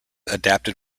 adapted